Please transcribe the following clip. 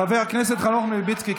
חבר הכנסת חנוך מלביצקי.